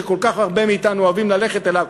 שכל כך הרבה מאתנו אוהבים ללכת אליו,